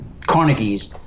Carnegie's